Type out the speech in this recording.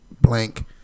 blank